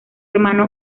hermano